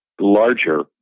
larger